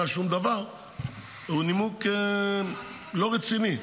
שום דבר הוא נימוק לא רציני מבחינתי,